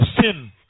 sin